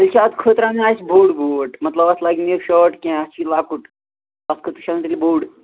بیٚیہِ چھ اتھ خٲطرٕ انُن اسہ بوٚڑ بوٹ مطلب اتھ لگہ نہٕ یہِ شارٹ کینٛہہ اسہ چھُ لَکُٹ اتھ خٲطرٕ چھُ تیلہِ اَنُن بوٚڑ